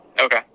Okay